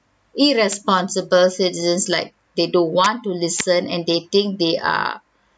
irresponsible citizens like they don't want to listen and they think they are